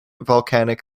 volcanic